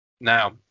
Now